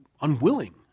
unwilling